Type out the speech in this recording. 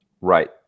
right